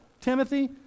Timothy